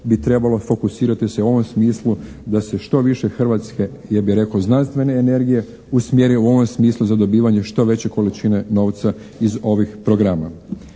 bi trebalo fokusirati se u ovom smislu da se što više hrvatske ja bih rekao znanstvene energije usmjeri u ovom smislu za dobivanje što veće količine novca iz ovih programa.